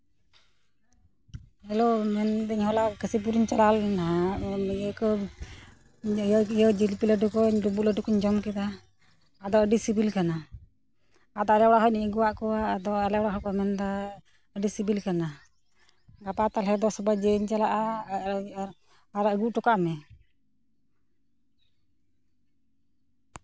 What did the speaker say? hello ᱢᱮᱱᱫᱟᱹᱧ ᱦᱚᱞᱟ ᱠᱟᱹᱥᱤᱯᱩᱨᱤᱧ ᱪᱟᱞᱟᱣ ᱞᱮᱱᱟ ᱟᱫᱚ ᱱᱤᱭᱟᱹ ᱤᱭᱟᱹ ᱤᱭᱟᱹ ᱡᱷᱤᱞᱯᱤ ᱞᱟᱹᱰᱩ ᱠᱚ ᱰᱩᱸᱵᱩᱜ ᱞᱟᱹᱰᱩ ᱠᱚᱧ ᱡᱚᱢ ᱠᱮᱫᱟ ᱟᱫᱚ ᱟᱹᱰᱤ ᱥᱤᱵᱤᱞ ᱠᱟᱱᱟ ᱟᱫᱚ ᱟᱞᱮ ᱚᱲᱟᱜ ᱦᱚᱲᱤᱧ ᱟᱹᱜᱩᱣᱟᱫ ᱠᱚᱣᱟ ᱟᱫᱚ ᱟᱞᱮ ᱚᱲᱟᱜ ᱦᱚᱲ ᱠᱚ ᱢᱮᱱᱫᱟ ᱟᱹᱰᱤ ᱥᱤᱵᱤᱞ ᱠᱟᱱᱟ ᱜᱟᱯᱟ ᱛᱟᱦᱞᱮ ᱫᱚᱥ ᱵᱟᱡᱮᱧ ᱪᱟᱞᱟᱜᱼᱟ ᱟᱨ ᱟᱨ ᱟᱨ ᱟᱨ ᱟᱨ ᱟᱹᱜᱩ ᱦᱚᱴᱚ ᱠᱟᱜ ᱢᱮ